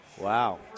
Wow